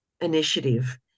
initiative